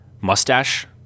mustache